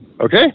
Okay